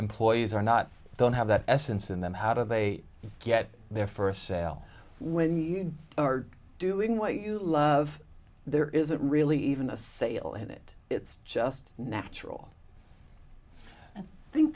employees are not don't have that essence in them how do they get their first sale when you are doing what you love there isn't really even a sale in it it's just natural i think